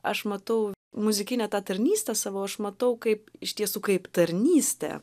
aš matau muzikinę tą tarnystę savo aš matau kaip iš tiesų kaip tarnystę